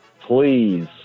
please